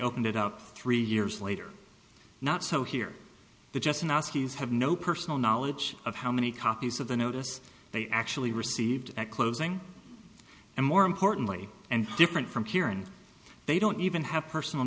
opened it up three years later not so here the just analyses have no personal knowledge of how many copies of the notice they actually received at closing and more importantly and different from here and they don't even have personal